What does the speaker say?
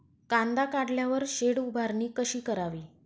कांदा काढल्यावर शेड उभारणी कशी करावी?